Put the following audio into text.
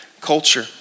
culture